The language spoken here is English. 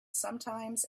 sometimes